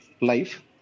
life